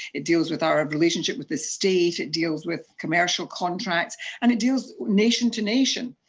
it deals with our relationship with the state, it deals with commercial contracts, and it deals nation to nation.